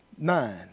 Nine